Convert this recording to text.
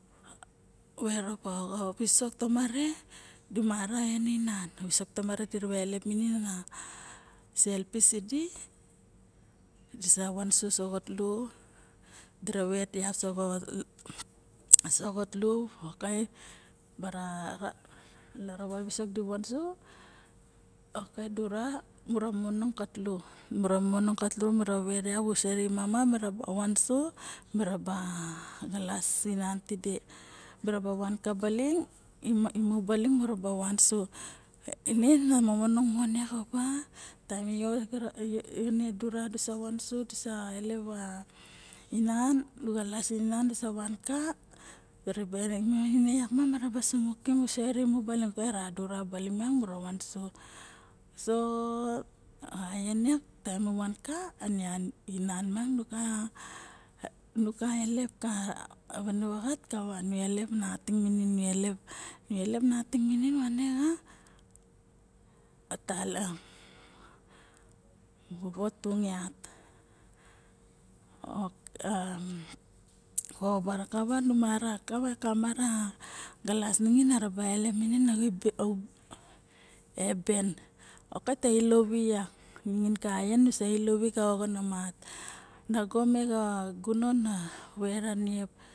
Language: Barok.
Wer opa visok tomare dimara en a inan visok tomare dima ainan diraba elep minin ana selpis sidi disa vansu soxatlu dira vet yapsomatlu okay bara laravat katlu di vansu oky dura mura momonong monop taem ine dura du van su dusa elep inan du galas inan du van ka yak ne ma mara sumukim kuset imu baling dura bading miang miang mura vansu. Uso taem mu vanka ana nian miang muka ilep ka vexenavat kava nu ilep nating minin movane yak moxo bobo tung yat, bara kava numara galas ningin eraba elep minin a aubeni okay ta ilo vis vak ka oxona mat nago me na gunon na vet neip.